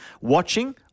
watching